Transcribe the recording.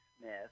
Smith